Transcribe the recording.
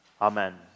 Amen